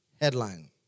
Headline